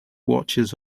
watches